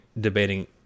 debating